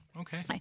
okay